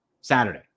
Saturday